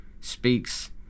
speaks